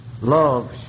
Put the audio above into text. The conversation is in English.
Love